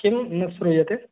किं न श्रूयते